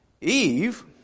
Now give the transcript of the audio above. Eve